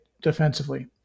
defensively